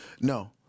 No